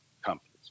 companies